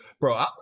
Bro